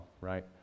right